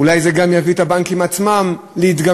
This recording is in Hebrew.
אולי זה גם יביא את הבנקים עצמם להתגמש.